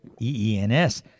EENS